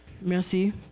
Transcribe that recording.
Merci